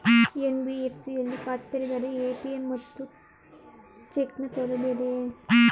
NBFC ಯಲ್ಲಿ ಖಾತೆ ತೆರೆದರೆ ಎ.ಟಿ.ಎಂ ಮತ್ತು ಚೆಕ್ ನ ಸೌಲಭ್ಯ ಇದೆಯಾ?